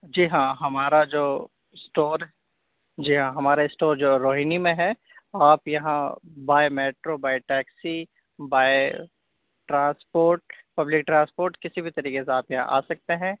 جی ہاں ہمارا جو اسٹور جی ہاں ہمارا اسٹور جو روہینی میں ہے آپ یہاں by metro by taxi by transport public transport کسی بھی طریقے سے آپ یہاں آ سکتے ہیں